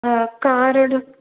ஆ காரோடய